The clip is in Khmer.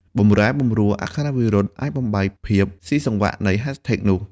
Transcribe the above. បំរែបំរួលអក្ខរាវិរុទ្ធអាចបំបែកភាពស៊ីសង្វាក់នៃ hashtag នោះ។